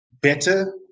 better